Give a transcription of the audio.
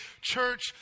church